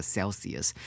Celsius